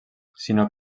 sinó